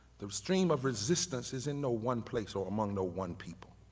the stream of resistance is in no one place or among no one people